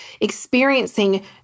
experiencing